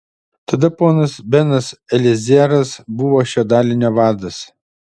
tada ponas benas eliezeras buvo šio dalinio vadas